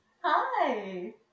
Hi